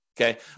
Okay